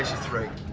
three.